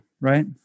Right